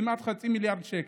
כמעט חצי מיליארד שקל,